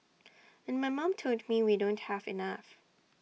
and my mom told me we don't have enough